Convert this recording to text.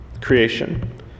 creation